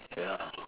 ya